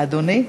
"אדוני"?